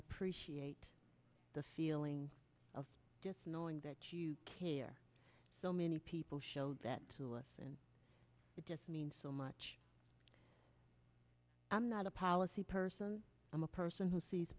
appreciate the feeling of just knowing that you care so many people showed that to us and it just means so much i'm not a policy person i'm a person who sees